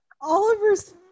Oliver's